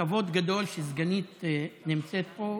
כבוד גדול שסגנית נמצאת פה.